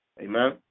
Amen